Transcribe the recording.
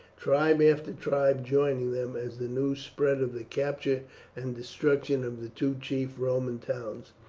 tribe after tribe joining them, as the news spread of the capture and destruction of the two chief roman towns,